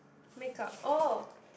make up oh